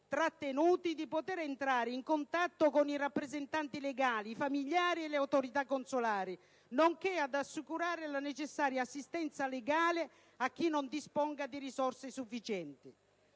trattenuti di poter entrare in contatto con i rappresentanti legali, i familiari e le autorità consolari, nonché ad assicurare la necessaria assistenza legale a chi non disponga di risorse sufficienti.